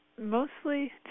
mostly